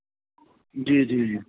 جی جی جی